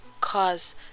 cause